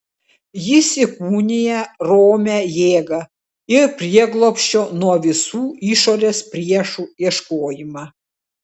jis įkūnija romią jėgą ir prieglobsčio nuo visų išorės priešų ieškojimą